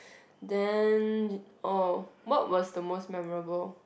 then ah what was the most memorable